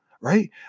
right